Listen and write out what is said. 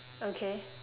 okay